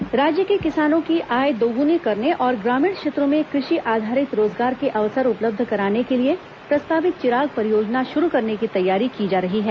चिराग परियोजना राज्य के किसानों की आय दोगुनी करने और ग्रामीण क्षेत्रों में कृषि आधारित रोजगार के अवसर उपलब्ध कराने के लिए प्रस्तावित चिराग परियोजना शुरू करने की तैयारी की जा रही है